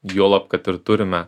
juolab kad ir turime